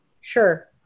sure